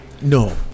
No